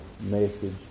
message